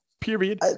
period